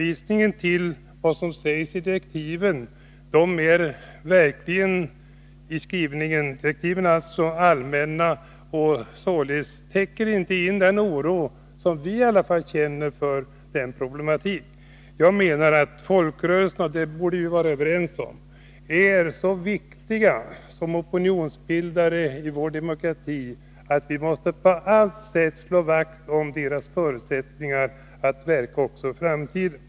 Ing-Marie Hansson hänvisar till skrivningen i direktiven, som verkligen är allmänna. De täcker sålunda inte in den oro som i alla fall vi känner för denna problematik. Folkrörelserna är så viktiga som opinionsbildare i vår demokrati — det borde vi vara överens om -— att vi på allt sätt måste slå vakt om deras förutsättningar att verka även i framtiden.